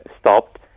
stopped